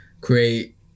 create